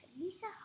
Lisa